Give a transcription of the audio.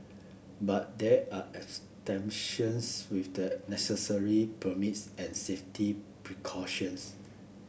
but there are exceptions with the necessary permits and safety precautions